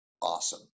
awesome